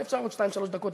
אפשר עוד שתיים-שלוש דקות?